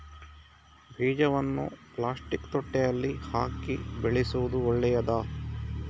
ಬೀಜವನ್ನು ಪ್ಲಾಸ್ಟಿಕ್ ತೊಟ್ಟೆಯಲ್ಲಿ ಹಾಕಿ ಬೆಳೆಸುವುದು ಒಳ್ಳೆಯದಾ?